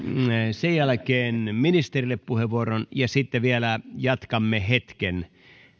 sen jälkeen ministerille puheenvuoron ja sitten vielä jatkamme hetken